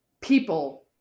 people